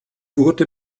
wurde